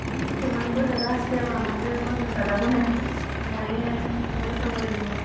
তোমালোকৰ দাদা আছে আৰু আমাৰ যে আকৌ দাদাও নাই মই মই চাব লাগিব